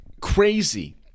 Crazy